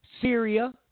Syria